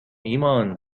ایمان